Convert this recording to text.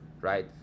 right